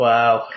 Wow